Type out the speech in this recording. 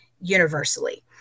universally